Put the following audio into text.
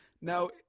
Now